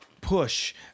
push